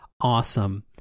awesome